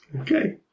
okay